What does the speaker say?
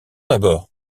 d’abord